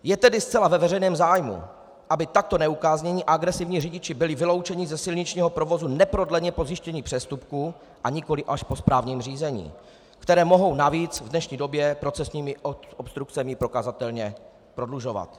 Je tedy zcela ve veřejném zájmu, aby takto neukáznění a agresivní řidiči byli vyloučeni ze silničního provozu neprodleně po zjištění přestupků, a nikoli až po správním řízení, které mohou navíc v dnešní době procesními obstrukcemi prokazatelně prodlužovat.